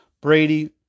Brady